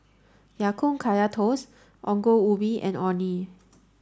Ya Kun Kaya Toast Ongol Ubi and Orh Nee